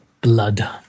blood